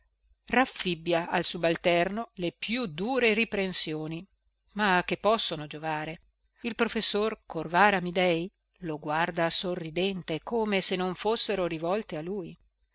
furibondo raffibbia al subalterno le più dure riprensioni ma a che possono giovare il professor corvara amidei lo guarda sorridente come se non fossero rivolte a lui